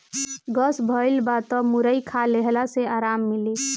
gas भइल बा तअ मुरई खा लेहला से आराम मिली